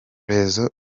prezzo